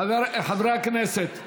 חברי הכנסת,